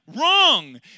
wrong